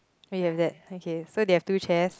oh you have that okay so they have two chairs